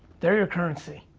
they're your currency.